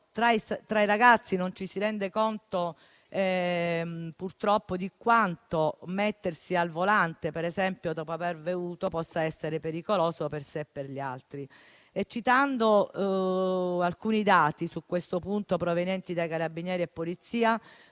tra i ragazzi non ci si rende conto di quanto mettersi al volante, per esempio, dopo aver bevuto possa essere pericoloso per sé e per gli altri. Citando alcuni dati a questo riguardo, provenienti dai Carabinieri e dalla